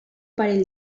parell